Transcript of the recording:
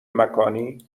مکانی